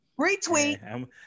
Retweet